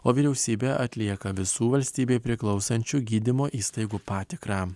o vyriausybė atlieka visų valstybei priklausančių gydymo įstaigų patikrą